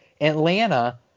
Atlanta